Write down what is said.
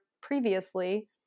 previously